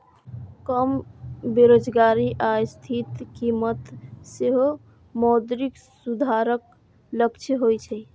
कम बेरोजगारी आ स्थिर कीमत सेहो मौद्रिक सुधारक लक्ष्य होइ छै